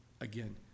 again